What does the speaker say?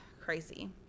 crazy